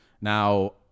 Now